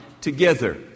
together